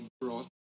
brought